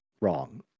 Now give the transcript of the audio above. wrong